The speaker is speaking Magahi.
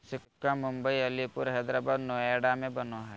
सिक्का मुम्बई, अलीपुर, हैदराबाद, नोएडा में बनो हइ